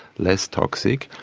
less toxic,